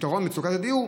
פתרון מצוקת הדיור,